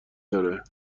داره